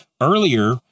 earlier